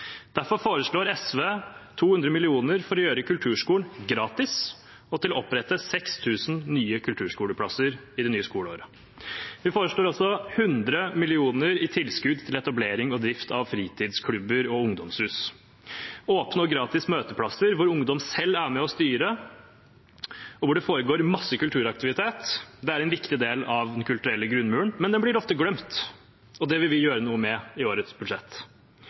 Derfor foreslår SV 200 mill. kr for å gjøre kulturskolen gratis, og til å opprette 6 000 nye kulturskoleplasser i det nye skoleåret. Vi foreslår også 100 mill. kr i tilskudd til etablering og drift av fritidsklubber og ungdomshus. Åpne og gratis møteplasser hvor ungdom selv er med og styrer, og hvor det foregår masse kulturaktivitet, er en viktig del av den kulturelle grunnmuren, men den blir ofte glemt, og det vil vi gjøre noe med i årets budsjett.